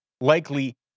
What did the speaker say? Likely